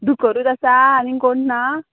दुकरूत आसा आनींग कोण ना